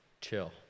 chill